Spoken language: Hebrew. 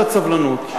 קצת סבלנות.